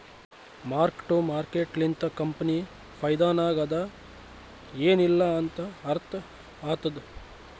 mark to market ಲಿಂತ company ಫೈದಾನಾಗ್ ಅದಾ ಎನ್ ಇಲ್ಲಾ ಅಂತ ಅರ್ಥ ಆತ್ತುದ್